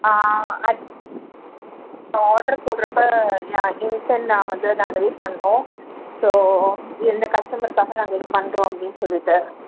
ஆ so order போடுறப்ப யா நான் வந்து நான் ரைஸ் பண்ணணும் ஸோ இந்த கஸ்டமருக்காக நாங்கள் இது பண்ணுறோம் அப்படின்னு சொல்லிட்டு